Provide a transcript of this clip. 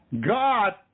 God